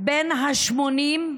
בן ה-80,